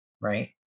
right